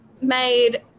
made